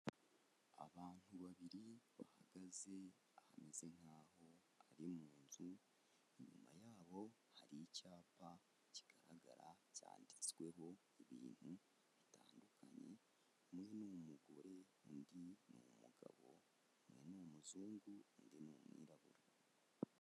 Abantu babiri bahagaze ahameze nk'aho ari mu nzu, inyuma yabo hari icyapa kigaragara cyanditsweho ibintu bitandukanye, Umwe ni umugore undi ni umugabo, umwe ni umuzungu undi ni umwirabura.